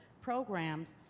programs